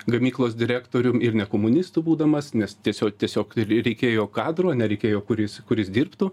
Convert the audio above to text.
gamyklos direktorium ir ne komunistu būdamas nes tiesio tiesiog reikėjo kadro ane reikėjo kuris kuris dirbtų